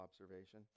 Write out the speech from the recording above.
observation